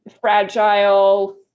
fragile